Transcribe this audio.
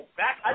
back